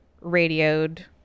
radioed